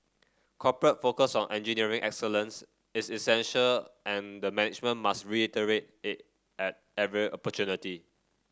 corporate focus on engineering excellence is essential and the management must reiterate it at every opportunity